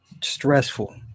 stressful